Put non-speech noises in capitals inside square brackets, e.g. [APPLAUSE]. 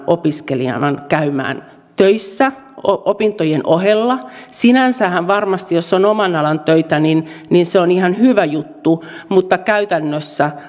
opiskelijan käymään töissä opintojen ohella sinänsähän varmasti jos on oman alan töitä se on ihan hyvä juttu mutta käytännössä [UNINTELLIGIBLE]